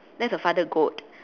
that's a father goat